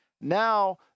Now